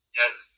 yes